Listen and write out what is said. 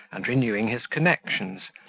and renewing his connections,